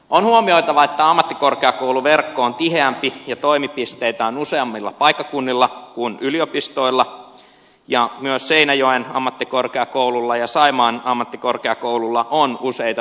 on huomioitava että ammattikorkeakouluverkko on tiheämpi ja toimipisteitä on useammilla paikkakunnilla kuin yliopistoilla ja myös seinäjoen ammattikorkeakoululla ja saimaan ammattikorkeakoululla on useita sivutoimipisteitä